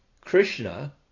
Krishna